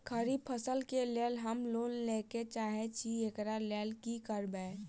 खरीफ फसल केँ लेल हम लोन लैके चाहै छी एकरा लेल की करबै?